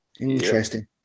Interesting